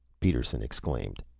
peterson exclaimed.